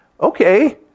Okay